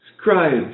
scribes